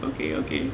okay okay